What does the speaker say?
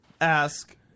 ask